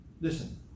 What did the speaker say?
listen